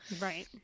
Right